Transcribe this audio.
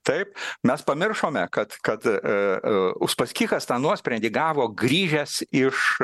taip mes pamiršome kad kad uspaskichas tą nuosprendį gavo grįžęs iš